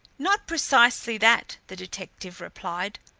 not precisely that, the detective replied.